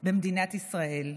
במדינת ישראל.